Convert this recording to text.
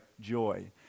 joy